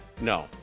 No